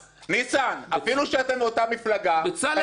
ניסן, אפילו שאתם מאותה מפלגה, תקשיב לי.